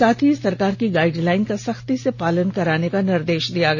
साथ ही सरकार की गाइडलाइन का सख्ती से पालन कराने का निर्देश दिया गया